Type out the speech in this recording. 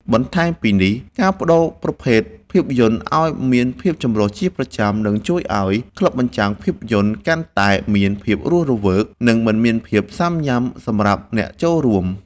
បន្ថែមពីនេះ ការប្ដូរប្រភេទភាពយន្តឱ្យមានភាពចម្រុះជាប្រចាំ នឹងជួយឱ្យក្លឹបបញ្ចាំងភាពយន្តកាន់តែមានភាពរស់រវើក និងមិនមានភាពស៊ាំញ៉ាំសម្រាប់អ្នកចូលរួម។